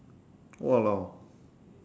!walao!